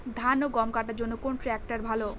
ধান ও গম কাটার জন্য কোন ট্র্যাক্টর ভালো?